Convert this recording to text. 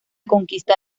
conquista